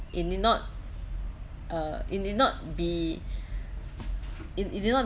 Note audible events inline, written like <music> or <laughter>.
it did not uh it did not be <breath> it it did not